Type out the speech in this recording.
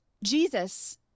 Jesus